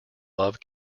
love